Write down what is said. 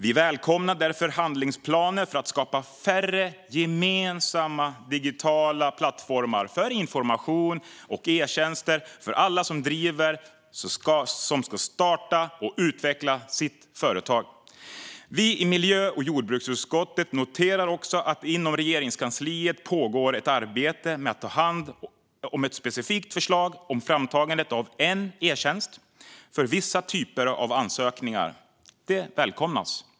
Vi välkomnar därför handlingsplaner för att skapa färre, gemensamma digitala plattformar för information och e-tjänster för alla som driver eller ska starta och utveckla företag. Vi i miljö och jordbruksutskottet noterar också att det inom Regeringskansliet pågår ett arbete med att ta hand om ett specifikt förslag om framtagande av en e-tjänst för vissa typer av ansökningar. Detta välkomnas.